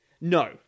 No